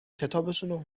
کتابشونو